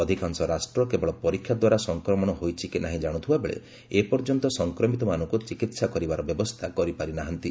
ଅଧିକାଂଶ ରାଷ୍ଟ୍ର କେବଳ ପରୀକ୍ଷା ଦ୍ୱାରା ସଫକ୍ରମଣ ହୋଇଛି କି ନାହିଁ ଜାଣୁଥିବା ବେଳେ ଏ ପର୍ଯ୍ୟନ୍ତ ସଂକ୍ରମିତମାନଙ୍କୁ ଚିକିତ୍ସା କରିବାର ବ୍ୟବସ୍ଥା କରିପାରି ନାହାନ୍ତି